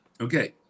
Okay